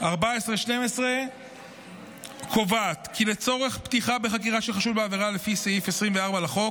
14.12 קובעת כי לצורך פתיחה בחקירה של חשוד בעבירה לפי סעיף 24 לחוק,